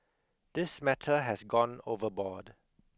this matter has gone overboard